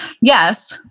Yes